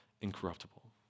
incorruptible